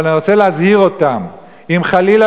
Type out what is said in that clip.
אבל אני רוצה להזהיר אותם: אם חלילה